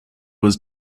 was